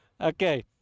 Okay